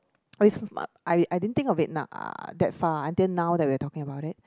I didn't think of it that far until now that we are talking about it